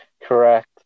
correct